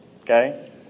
okay